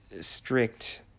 strict